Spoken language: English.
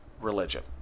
religion